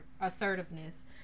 assertiveness